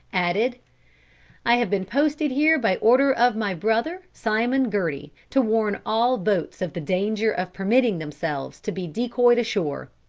added i have been posted here by order of my brother, simon gerty, to warn all boats of the danger of permitting themselves to be decoyed ashore.